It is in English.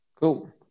Cool